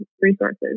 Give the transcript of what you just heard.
resources